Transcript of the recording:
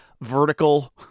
vertical